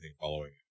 following